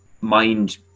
mind